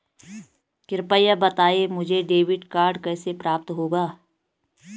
कृपया बताएँ मुझे डेबिट कार्ड कैसे प्राप्त होगा?